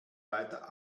weiter